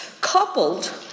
coupled